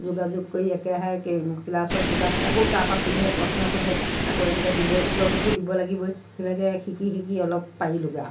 যোগাযোগ কৰি একেৰাহে ক্লাছৰ কিবা আকৌ তাৰ পৰা সোধে প্ৰশ্ন সোধে আকৌ এনেকৈ দিব উত্তৰটোতো দিব লাগিবই সেই ভাগে শিকি শিকি অলপ পাৰিলোগৈ আৰু